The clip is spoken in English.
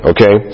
Okay